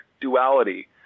duality